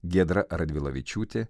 giedra radvilavičiūtė